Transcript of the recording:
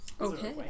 Okay